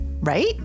right